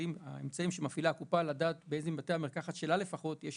האמצעים שמפעילה הקופה לדעת באיזה מבתי המרקחת שלה לפחות יש